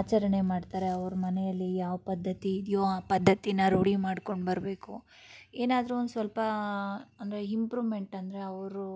ಆಚರಣೆ ಮಾಡ್ತಾರೆ ಅವ್ರ ಮನೆಯಲ್ಲಿ ಯಾವ ಪದ್ಧತಿ ಇದೆಯೊ ಆ ಪದ್ಧತಿನ ರೂಢಿ ಮಾಡ್ಕೊಂಡು ಬರಬೇಕು ಏನಾದರೂ ಒಂದು ಸ್ವಲ್ಪ ಅಂದರೆ ಇಂಪ್ರೂವ್ಮೆಂಟ್ ಅಂದರೆ ಅವರು